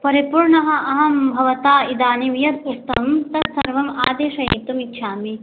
परिपूर्णः अहं भवता इदानीं यद् इष्टं तत्सर्वम् आदेशयितुम् इच्छामि